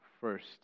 first